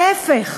ההפך,